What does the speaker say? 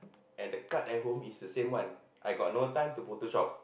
and the card at home is the same one I got no time to Photoshop